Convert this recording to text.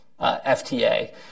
FTA